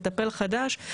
מטפל חדש,